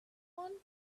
one